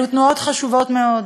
אלו תנועות חשובות מאוד,